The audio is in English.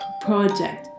project